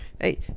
Hey